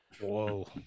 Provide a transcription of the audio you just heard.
Whoa